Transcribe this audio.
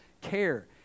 care